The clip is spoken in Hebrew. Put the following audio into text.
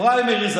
פריימריז,